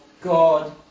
God